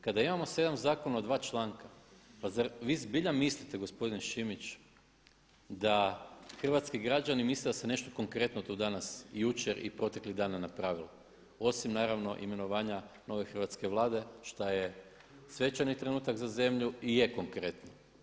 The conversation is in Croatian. Kada imamo sedam zakona od dva članka pa zar vi zbilja mislite gospodine Šimić da hrvatski građani misle da se nešto konkretno tu danas i jučer i proteklih dana napravilo, osim naravno imenovanja nove hrvatske Vlade šta je svečani trenutak za zemlju i je konkretno.